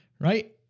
right